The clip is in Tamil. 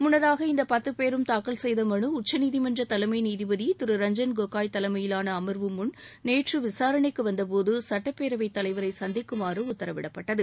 முன்னதாக இந்த பத்து பேரும் தாக்கல் செய்த மனு உச்சநீதிமன்ற தலைமை நீதிபதி திரு ரஞ்சள் கோகோய் தலைமயிலான அமர்வு முன் நேற்று விசாரணைக்கு வந்தபோது சட்டப் பேரவைத் தலைவரை சந்திக்குமாறு உத்தரவிடப்பட்டது